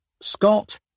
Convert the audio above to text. Scott